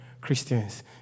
Christians